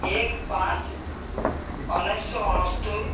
ଏକ ପାଞ୍ଚ ଉଣେଇଶ ଅଣସ୍ତୁରି